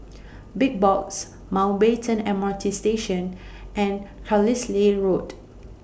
Big Box Mountbatten M R T Station and Carlisle Road